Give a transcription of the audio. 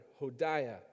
Hodiah